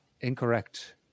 Incorrect